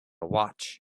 watch